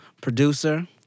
producer